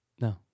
No